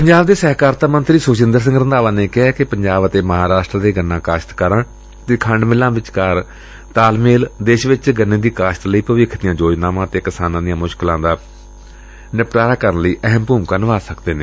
ਪੰਜਾਬ ਦੇ ਸਹਿਕਾਰਤਾ ਮੰਤਰੀ ਸੁਖਜਿੰਦਰ ਸਿੰਘ ਰੰਧਾਵਾ ਨੇ ਕਿਹੈ ਕਿ ਪੰਜਾਬ ਅਤੇ ਮਹਾਂਰਾਸ਼ਟਰ ਦੇ ਗੰਨਾ ਕਾਸ਼ਤਕਾਰਾਂ ਅਤੇ ਖੰਡ ਮਿਲਾਂ ਵਿਚ ਤਾਲਮੇਲ ਦੇਸ਼ ਵਿਚ ਗੰਨੇ ਦੀ ਕਾਸ਼ਤ ਲਈ ਭਵਿੱਖ ਦੀਆਂ ਯੋਜਨਾਵਾਂ ਅਤੇ ਕਿਸਾਨਾਂ ਦੀਆਂ ਮੁਸ਼ਕਲਾ ਨਾਲ ਨਿਪਟਣ ਲਈ ਅਹਿਮ ਭੁਮਿਕਾ ਨਿਭਾ ਸਕਦੇ ਨੇ